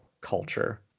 culture